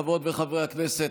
חברות וחברי הכנסת,